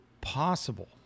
possible